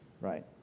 right